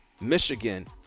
Michigan